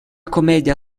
commedia